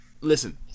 Listen